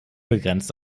begrenzt